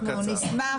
אנחנו נשמח,